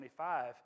25